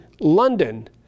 London